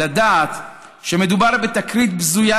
לדעת שמדובר בתקרית בזויה,